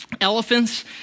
elephants